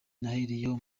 nahereyeho